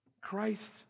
Christ